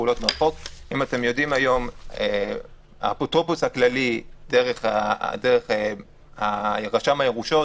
אתם יודעים, האפוטרופוס הכללי דרך רשם הירושות